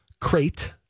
Crate